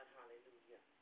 Hallelujah